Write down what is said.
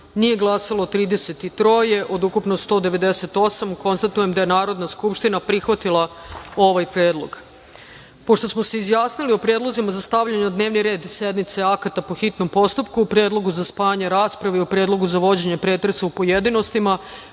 nije glasalo 33 od ukupno 198 narodnih poslanika. Konstatujem da je Narodna skupština prihvatila ovaj predlog. Pošto smo se izjasnili o predlozima za stavljanje na dnevni red sednice akata po hitnom postupku, predlogu za spajanje rasprave i o predlogu za vođenje pretresa u pojedinostima